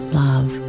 love